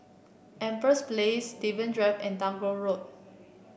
Empress Place Steven Drive and Tagore Road